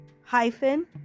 hyphen